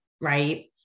right